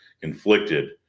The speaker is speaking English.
conflicted